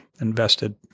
invested